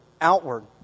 outward